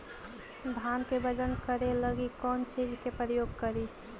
धान के बजन करे लगी कौन चिज के प्रयोग करि?